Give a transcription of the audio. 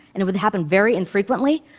and it would happen very infrequently.